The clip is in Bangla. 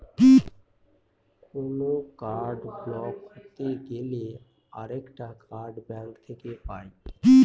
কোনো কার্ড ব্লক হতে গেলে আরেকটা কার্ড ব্যাঙ্ক থেকে পাই